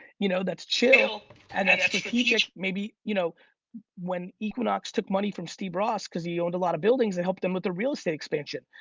you know that's chill and that's strategic, maybe, you know when equinox took money from steve ross, cause he owned a lot of buildings, they helped them with a real estate expansion.